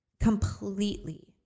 completely